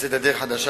לצאת לדרך חדשה,